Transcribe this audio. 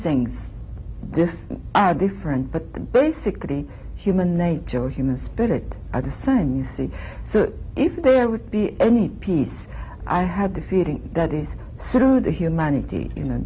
things this are different but basically human nature human spirit are the same you see so if there would be any peace i have the seating that is the humanity you know